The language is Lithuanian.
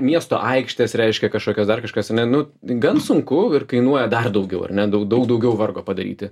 miesto aikštes reiškia kažkokias dar kažkas ar ne nu gan sunku ir kainuoja dar daugiau ar ne daug daug daugiau vargo padaryti